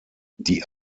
die